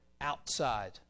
outside